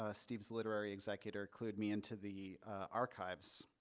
ah steve's literary executor, clued me into the archives.